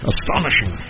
Astonishing